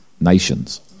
nations